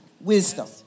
wisdom